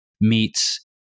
meets